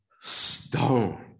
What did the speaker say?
stone